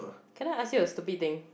can I ask you a stupid thing